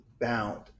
bound